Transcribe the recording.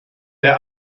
der